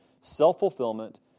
self-fulfillment